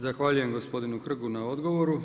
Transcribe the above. Zahvaljujem gospodinu Hrgu na odgovoru.